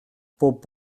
bob